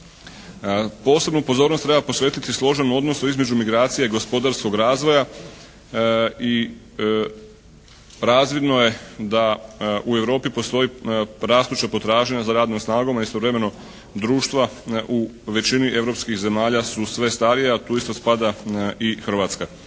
Posebnu pozornost treba posvetiti složenom odnosu između migracija i gospodarskog razvoja i razvidno je da u Europi postoji rastuća potražnja za radnom snagom a istovremeno društva u većini europskih zemalja su sve starija, a tu isto spada i Hrvatska.